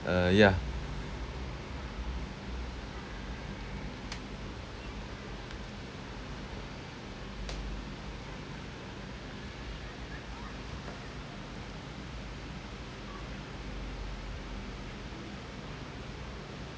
uh yeah